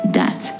death